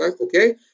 okay